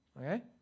Okay